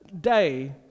day